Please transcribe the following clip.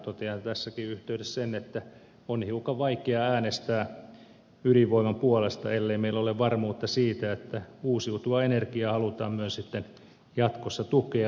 totean tässäkin yhteydessä sen että on hiukan vaikeaa äänestää ydinvoiman puolesta ellei meillä ole varmuutta siitä että uusiutuvaa energiaa halutaan myös sitten jatkossa tukea